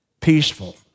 peaceful